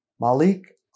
Malik